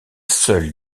seule